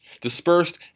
dispersed